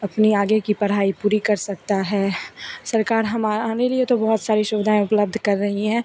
अपनी आगे की पढ़ाई पूरी कर सकता है सरकार हमारे लिए तो बहुत सारी सुविधाएँ उपलब्ध कर रही है